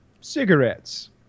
Cigarettes